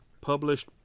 published